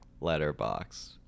Letterbox